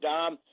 Dom